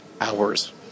hours